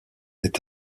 est